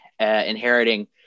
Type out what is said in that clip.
inheriting